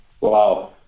wow